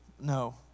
No